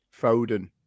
Foden